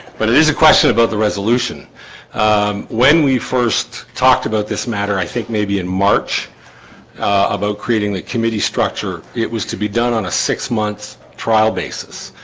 but it is a question about the resolution when we first talked about this matter, i think maybe in march about creating the committee structure. it was to be done on a six-month trial basis,